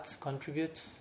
contribute